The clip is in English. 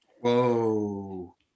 Whoa